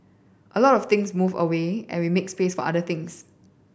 a lot of things move away and will make space for other things